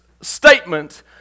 statement